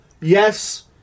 Yes